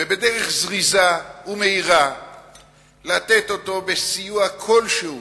ובדרך זריזה ומהירה לתת אותם בסיוע כלשהו,